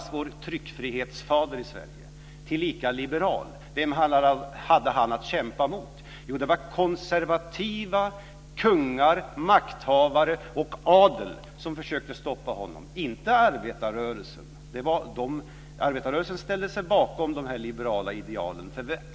Sverige och tillika liberal, vem hade han att kämpa mot? Jo, det var konservativa kungar och makthavare och adel som försökte stoppa honom, inte arbetarrörelsen. Arbetarrörelsen ställde sig bakom de här liberala idealen.